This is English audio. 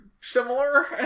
similar